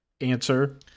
answer